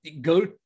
go